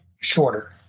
shorter